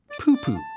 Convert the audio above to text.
poo-poo